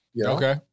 Okay